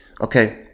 okay